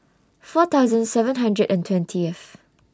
four thousand seven hundred and twentieth